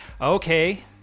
Okay